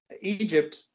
Egypt